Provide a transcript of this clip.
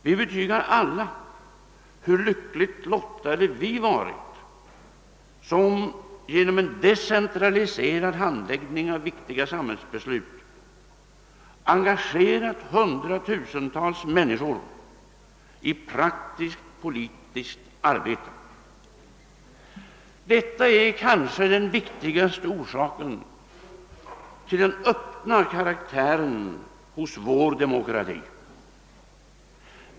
Vi betygar alla hur lyckligt lottade vi varit, som genom en decentraliserad handläggning av viktiga samhällsbeslut engagerat hundratusentals människor i praktiskt politiskt arbete. Detta är kanske den viktigaste orsaken till den öppna karaktären hos vår demokrati.